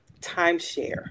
timeshare